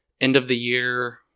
end-of-the-year